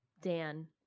dan